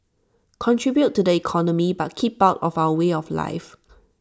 contribute to the economy but keep out of our way of life